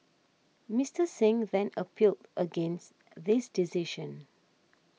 Mister Singh then appealed against this decision